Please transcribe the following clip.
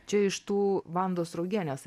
čia iš tų vandos sraugienės